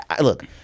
look